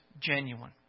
genuine